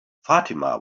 fatima